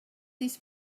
this